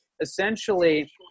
Essentially